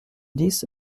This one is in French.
dix